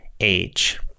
age